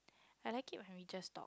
I like it and we just talk